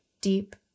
deep